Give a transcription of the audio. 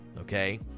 okay